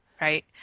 Right